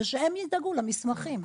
ושהם ידאגו למסמכים.